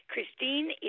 Christine